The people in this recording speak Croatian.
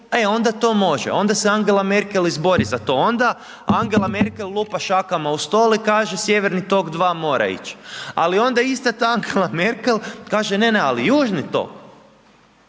e onda to može, onda se Angela Merkel izbori za to, onda Angela Merkel lupa šakama o stol i kaže Sjeverni tok II mora ić ali onda ista ta Angela Merkel kaže ne, ne, ali Južni tok,